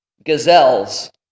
Gazelles